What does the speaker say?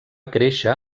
créixer